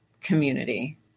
community